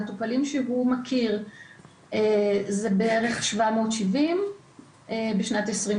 המטופלים שהוא מכיר זה בערך 770 בשנת 2020,